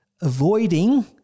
avoiding